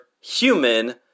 human